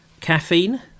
caffeine